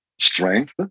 strength